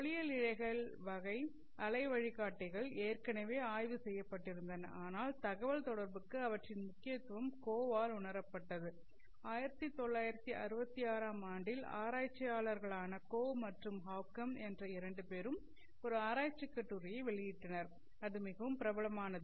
ஒளியியல் இழைகள் வகை அலை வழிகாட்டிகள் ஏற்கனவே ஆய்வு செய்யப் பட்டிருந்தன ஆனால் தகவல்தொடர்புக்கு அவற்றின் முக்கியத்துவம் கோவால் உணரப்பட்டது 1966 ஆம் ஆண்டில் ஆராய்ச்சியாளர்களான கோவ் மற்றும் ஹாவ்கம் என்ற இரண்டு பேரும் ஒரு ஆராய்ச்சி கட்டுரையை வெளியிட்டனர் அது மிகவும் பிரபலமானது